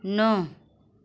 नौ